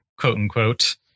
quote-unquote